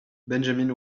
benjamin